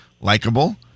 likable